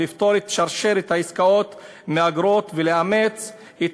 לפטור את שרשרת העסקאות מאגרות ולאמץ את